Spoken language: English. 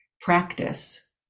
practice